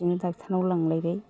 बिदिनो ड'क्टरनाव लांलायबाय